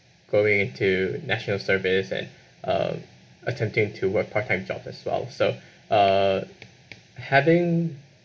going into national service and um attempting to work part time job as well so uh having